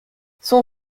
son